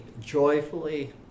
joyfully